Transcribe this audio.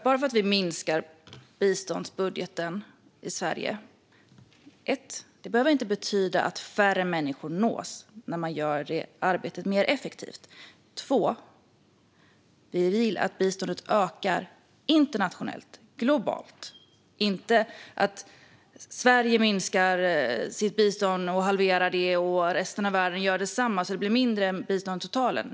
Fru talman! Vi minskar biståndsbudgeten i Sverige. För det första behöver det inte betyda att färre människor nås när man gör arbetet mer effektivt. För det andra vill vi att biståndet ökar internationellt och globalt. Vi vill inte att Sverige ska halvera sitt bistånd och att resten av världen ska göra detsamma så att det blir mindre bistånd på totalen.